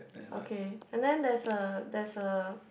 okay and then there's a there's a